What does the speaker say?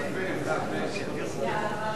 ועדת כספים.